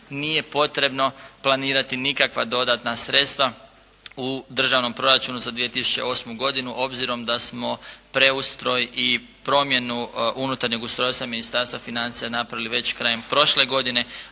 nije potrebno planirati nikakva dodatna sredstva u državnom proračunu za 2008. godinu obzorom da smo preustroj i promjenu unutarnjeg ustrojstva Ministarstva financija napravili već krajem prošle godine,